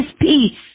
peace